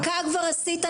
דקה כבר עשית.